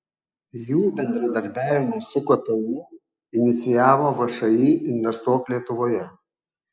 jų bendradarbiavimą su ktu inicijavo všį investuok lietuvoje